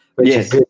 Yes